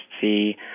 see